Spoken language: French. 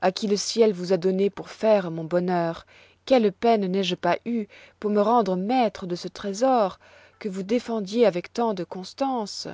à qui le ciel vous a donnée pour faire mon bonheur quelle peine n'ai-je pas eue pour me rendre maître de ce trésor que vous défendiez avec tant de constance